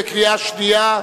בקריאה שנייה.